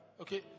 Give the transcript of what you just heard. okay